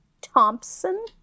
Thompson